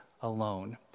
alone